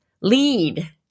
lead